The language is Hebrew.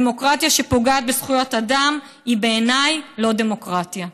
דמוקרטיה שפוגעת בזכויות אדם היא בעיניי לא דמוקרטיה.